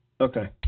Okay